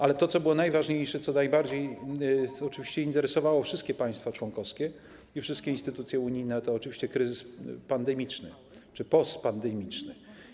Ale to, co było najważniejsze, co najbardziej oczywiście interesowało wszystkie państwa członkowskie i wszystkie instytucje unijne, to oczywiście kryzys pandemiczny czy postpandemiczny.